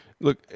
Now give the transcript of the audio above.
look